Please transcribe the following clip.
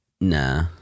nah